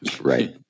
Right